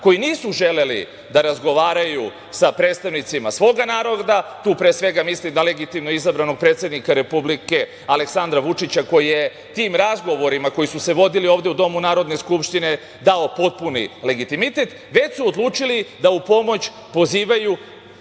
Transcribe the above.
koji nisu želeli da razgovaraju sa predstavnicima svoga naroda. Tu pre svega mislim na legitimno izabranog predsednika Republike Aleksandra Vučića, koji je tim razgovorima koji su se vodili ovde u domu Narodne skupštine dao potpuni legitimitet, već su odlučili da u pomoć pozivaju